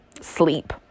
sleep